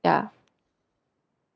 ya